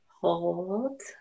Hold